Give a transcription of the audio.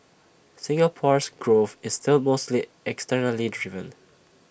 Singapore's growth is still mostly externally driven